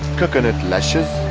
coconut lashes,